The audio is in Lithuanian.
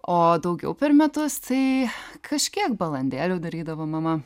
o daugiau per metus tai kažkiek balandėlių darydavo mama